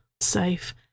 safe